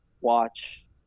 watch